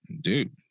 dude